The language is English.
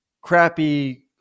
crappy